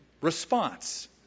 response